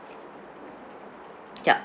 yup